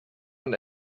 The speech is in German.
von